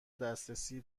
دسترسی